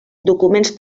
documents